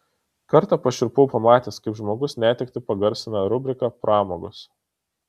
kartą pašiurpau pamatęs kaip žmogaus netektį pagarsina rubrika pramogos